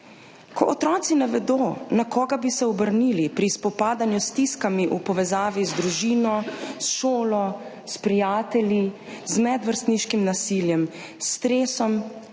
Ko otroci ne vedo, na koga bi se obrnili pri spopadanju s stiskami v povezavi z družino, s šolo, s prijatelji, z medvrstniškim nasiljem, s stresom